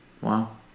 Wow